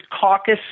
caucus